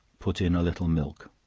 put in a little milk.